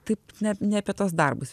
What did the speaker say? taip net ne apie tuos darbus